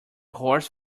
horse